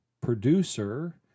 Producer